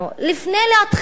לפני שתתחיל,